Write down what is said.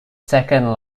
second